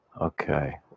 Okay